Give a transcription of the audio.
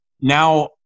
now